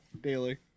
daily